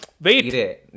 Wait